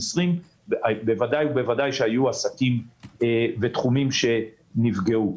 בוודאי ובוודאי היו עסקים ותחומים שנפגעו.